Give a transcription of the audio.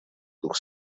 дух